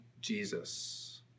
Jesus